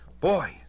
Boy